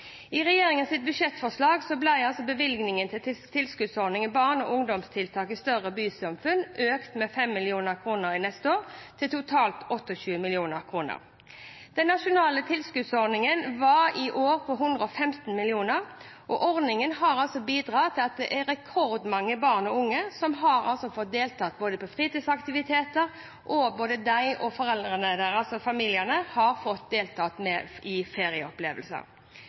I regjeringens budsjettforslag ble bevilgningen til tilskuddsordningen Barne- og ungdomstiltak i større bysamfunn økt med 5 mill. kr neste år, til totalt 28 mill. kr. Den nasjonale tilskuddsordningen var i år på 115 mill. kr. Ordningen har bidratt til at det er rekordmange barn og unge som har fått delta på fritidsaktiviteter, og både de, foreldrene og familiene deres har fått ferieopplevelser. Jeg er også glad for at budsjettforliket har bidratt til at vi kan øke innsatsen på landsbasis i